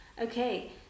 Okay